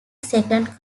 second